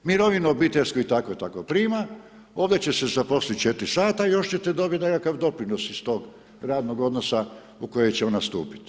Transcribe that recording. Mirovinu obiteljsku i tako i tako prima, ovdje će se zaposliti 4 sata i još ćete dobiti nekakav doprinos iz tog radnog odnosa u koji će ona stupiti.